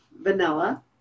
vanilla